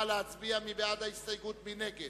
הואיל וכך,